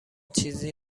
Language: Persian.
چیزی